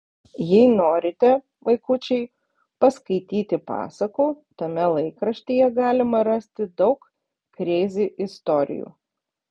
jei norite vaikučiai paskaityti pasakų tame laikraštyje galima rasti daug kreizi istorijų